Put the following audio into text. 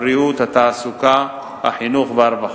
הבריאות, התעסוקה, החינוך והרווחה.